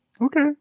Okay